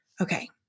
okay